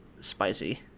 spicy